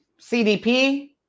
CDP